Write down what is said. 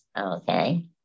Okay